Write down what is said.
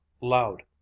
loud